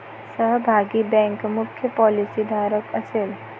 सहभागी बँक मुख्य पॉलिसीधारक असेल